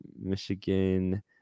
Michigan